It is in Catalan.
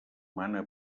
mana